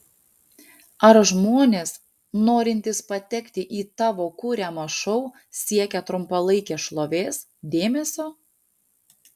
ar žmonės norintys patekti į tavo kuriamą šou siekia trumpalaikės šlovės dėmesio